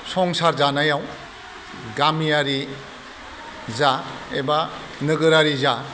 संसार जानायाव गामियारि जा एबा नोगोरारि जा